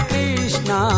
Krishna